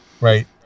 right